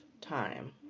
time